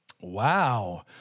Wow